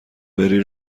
بری